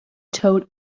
told